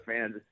fans